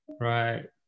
right